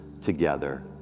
together